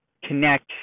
connect